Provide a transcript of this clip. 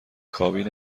کابین